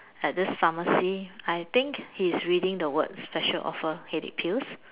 at this pharmacy I think he's reading the word special offer headache pills